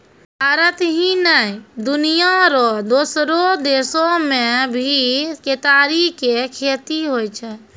भारत ही नै, दुनिया रो दोसरो देसो मॅ भी केतारी के खेती होय छै